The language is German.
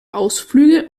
ausflüge